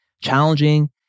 challenging